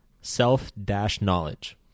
self-knowledge